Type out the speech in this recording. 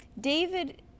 David